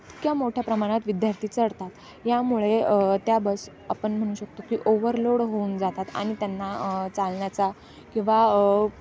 इतक्या मोठ्या प्रमाणात विद्यार्थी चढतात यामुळे त्या बस आपण म्हणू शकतो की ओव्हरलोड होऊन जातात आणि त्यांना चालण्याचा किंवा